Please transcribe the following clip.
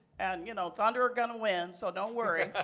and, you know, thunder are going to win so don't worry.